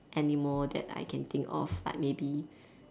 animal that I can think of like maybe